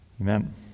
Amen